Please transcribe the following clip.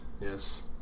Yes